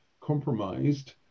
compromised